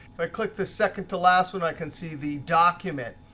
if i click the second to last one, i can see the document.